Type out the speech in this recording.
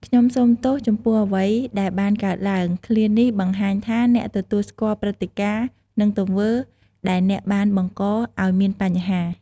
ខ្ញុំសូមទោសចំពោះអ្វីដែលបានកើតឡើង ឃ្លានេះបង្ហាញថាអ្នកទទួលស្គាល់ព្រឹត្តិការណ៍ និងទង្វើដែលអ្នកបានបង្កឱ្យមានបញ្ហា។